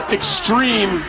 extreme